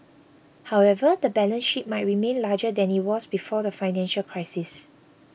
however the balance sheet might remain larger than it was before the financial crisis